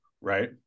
right